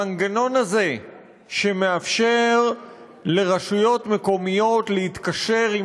המנגנון הזה שמאפשר לרשויות מקומיות להתקשר עם